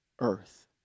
earth